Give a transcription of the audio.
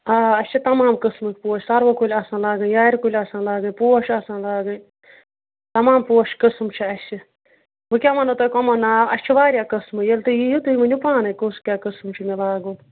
آ اَسہِ چھِ تَمام قٕسمٕکۍ پوش سَروٕ کُلۍ آسن لاگٕنۍ یارِ کُلۍ آسن لاگٕنۍ پوش آسن لاگٕنۍ تَمام پوشہِ قسٕم چھِ اَسہِ بہٕ کیٛاہ وَنو تۄہہِ کٕمَن ناو اَسہِ چھِ واریاہ قٕسمہٕ ییٚلہِ تُہۍ یِیِو تُہۍ ؤنِو پانَے کُس کیٛاہ قسٕم چھُ مےٚ لاگُن